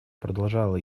продолжала